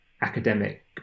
academic